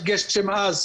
גשם עז,